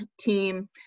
team